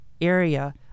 area